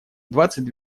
двадцать